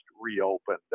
reopened